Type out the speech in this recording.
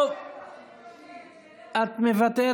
פנים.